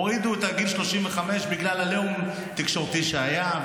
הורידו את גיל 35 בגלל עליהום תקשורתי שהיה,